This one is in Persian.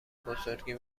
بزرگی